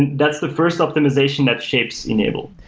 and that's the first optimization that shapes enable.